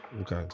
Okay